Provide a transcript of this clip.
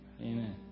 Amen